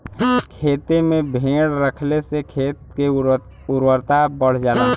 खेते में भेड़ रखले से खेत के उर्वरता बढ़ जाला